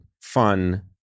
fun